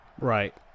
Right